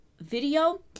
video